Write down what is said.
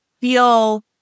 feel